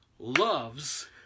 loves